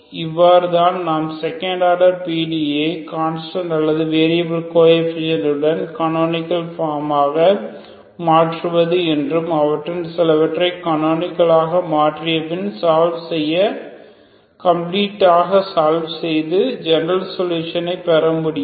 இவ்வாறு தான் நாம் செகண்ட் ஆர்டர் லீனியர் PDE ஐ கன்ஸ்டன்ட் அல்லது வேரியபில் கோஎஃபீஷியேன்ட் உடன் கனோனிகல் பார்ம் ஆக மாற்றுவது என்றும் அவற்றில் சிலவற்றை கனோனிகல் பார்ம் ஆக மாற்றியபின் சால்வ் செய்ய கம்பிலீடாக சால்வ் செய்து ஜெனரல் சொலுஷனை பெற முடியும்